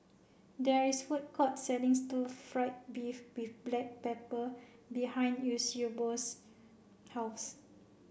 there is a food court selling stir fried beef with black pepper behind Eusebio's house